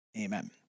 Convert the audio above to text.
Amen